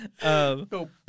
Go